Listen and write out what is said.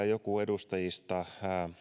joku edustajista